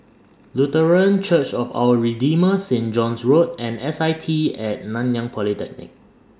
Lutheran Church of Our Redeemer Saint John's Road and S I T At Nanyang Polytechnic